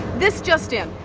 this just in.